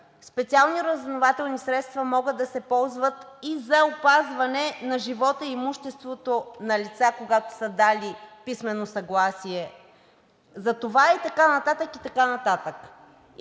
Специални разузнавателни средства могат да се ползват и за опазване на живота и имуществото на лица, когато са дали писмено съгласие за това, и така нататък, и така нататък.